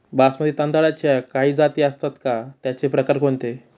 बासमती तांदळाच्या काही जाती असतात का, त्याचे प्रकार कोणते?